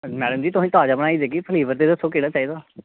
madam ji तुसेंगी ताज़ा बनाई देगे दस्सो ते स्हेई तुसेंगी फ्लेवर केह्ड़ा चाहिदा